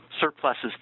surpluses